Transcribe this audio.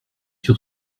sur